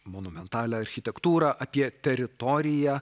monumentalią architektūrą apie teritoriją